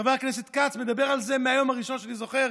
חבר הכנסת כץ מדבר על זה מהיום הראשון שאני זוכר